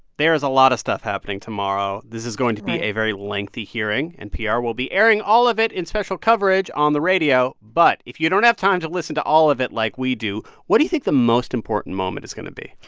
there is a lot of stuff happening tomorrow. this is going to be a very lengthy hearing. npr will be airing all of it in special coverage on the radio. but if you don't have time to listen to all of it like we do, what do you think the most important moment is going to be?